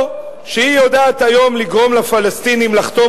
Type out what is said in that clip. או שהיא יודעת היום לגרום לפלסטינים לחתום